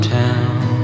town